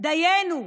דיינו,